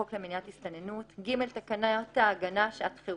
חוק למניעת הסתננות); (ג)תקנות ההגנה (שעת חירום),